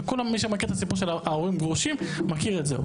וכל מי שמכיר את הסיפור של הורים גרושים מכיר את זה.